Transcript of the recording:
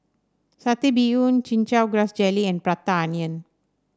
satay bee yoon Chin Chow Grass Jelly and Prata Onion